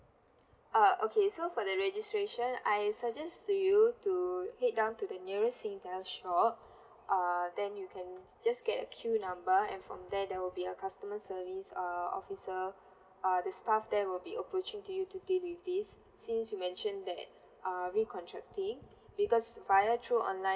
uh okay so for the registration I suggest to you to head down to the nearest singtel shop err then you can just get a queue number and from there there will be a customer service err officer uh the staff there will be approaching to you to deal with this since you mentioned that uh re-contract it because via through online